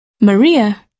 Maria